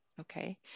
Okay